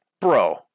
bro